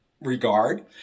regard